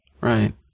Right